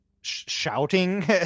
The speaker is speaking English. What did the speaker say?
shouting